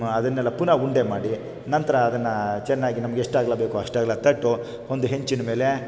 ಅದನ್ನೆಲ್ಲ ಪುನಃ ಉಂಡೆ ಮಾಡಿ ನಂತರ ಅದನ್ನು ಚೆನ್ನಾಗಿ ನಮ್ಗೆಷ್ಟು ಅಗಲ ಬೇಕೋ ಅಷ್ಟಗಲ ತಟ್ಟಿ ಒಂದು ಹೆಂಚಿನಮೇಲೆ